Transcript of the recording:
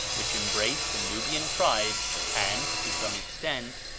which embraced the nubian tribes and, to some extent,